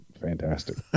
Fantastic